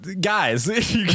guys